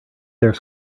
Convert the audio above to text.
there